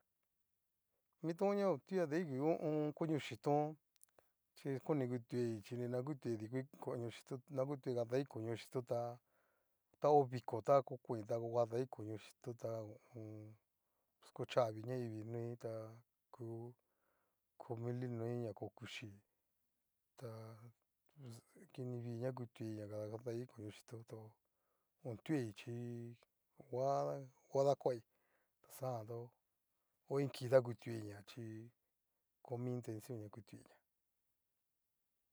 Mitonia otuai kanai hu ho o on. koño xhíton, chí koni kutuai chi ni na ngutuai dikoi koño xhitón na kutuai kadai koño xhitón ta, ta ho viko ta ngokoin ta kadai koño xhitón ta ho o on. pus kochavi ñaivi noi ta ku ko mili noi ña kokuxhí ta pus kinivi ña kutuai ña kadai koño xhitón to otuaichí. kua kuadakuai xajan tu o iin ki ta kutuaiña chí. ho intencion ña kutuaiña.